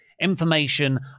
information